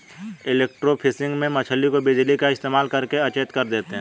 electrofishing में मछली को बिजली का इस्तेमाल करके अचेत कर देते हैं